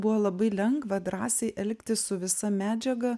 buvo labai lengva drąsiai elgtis su visa medžiaga